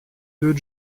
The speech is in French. deux